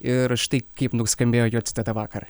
ir štai kaip nuskambėjo jo citata vakar